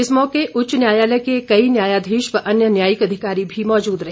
इस मौके उच्च न्यायालय के कई न्यायाधीश व अन्य न्यायिक अधिकारी भी मौजूद रहे